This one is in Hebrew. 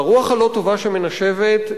והרוח הלא-טובה שמנשבת,